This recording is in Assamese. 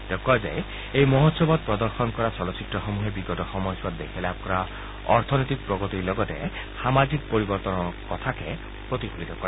তেওঁ কয় যে এই মহোৎসৱত প্ৰদৰ্শন কৰা চলচ্চিত্ৰসমূহে বিগত সময়ছোৱাত দেশে লাভ কৰা অৰ্থনৈতিক প্ৰগতিৰ লগতে সামাজিক পৰিৱৰ্তনৰ কথাকে প্ৰতিফলিত কৰে